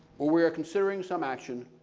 when we are considering some action,